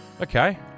Okay